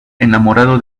enamorado